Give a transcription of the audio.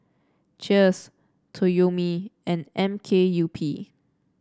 Cheers Toyomi and M K U P